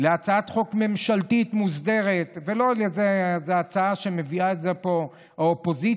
להצעת חוק ממשלתית מוסדרת ולא לאיזו הצעה שמביאה האופוזיציה,